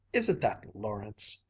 isn't that lawrence!